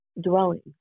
dwelling